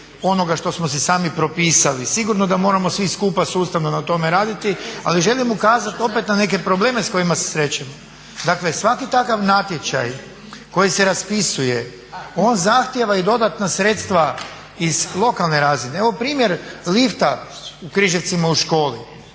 onoga što smo si sami propisali. Sigurno da moramo svi skupa sustavno na tome raditi. Ali želim ukazati opet na neke probleme sa kojima se srećemo. Dakle, svaki takav natječaj koji se raspisuje on zahtijeva i dodatna sredstva iz lokalne razine. Evo primjer lifta u Križevcima u školi.